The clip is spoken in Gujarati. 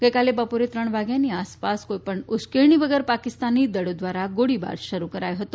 ગઈકાલે બપોરે ત્રણ વાગ્યાની આસપાસ કોઈપણ ઉશ્કેરણી વગર પાકિસ્તાની દળો દ્વારા ગોળીબાર શરૂ કરાયો હતો